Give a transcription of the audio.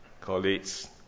colleagues